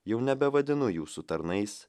jau nebevadinu jūsų tarnais